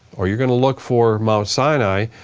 or you're gonna look for mount sinai,